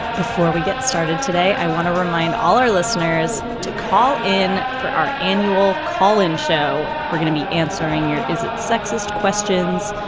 before we get started today, i want to remind all our listeners to call in for our annual call in show. we're going to be answering your is sexist questions.